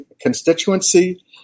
constituency